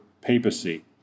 papacy